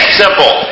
simple